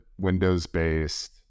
Windows-based